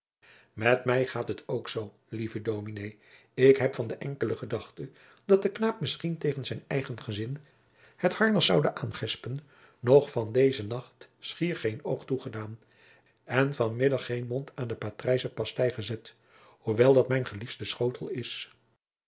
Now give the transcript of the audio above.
met mij gaat het ook zoo lieve dominé ik heb van de enkele gedachte dat de knaap misschien tegen zijn eigen gezin het harnas zoude aangespen nog van deze nacht schier geen oog toegedaan en van middag geen mond aan de patrijzenpastij gezet hoewel dat mijn geliefdste schotel is